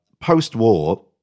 post-war